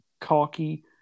cocky